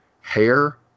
Hair